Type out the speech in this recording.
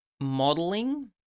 modeling